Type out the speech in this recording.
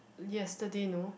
yesterday no